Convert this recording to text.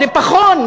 לפחון,